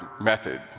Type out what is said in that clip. Method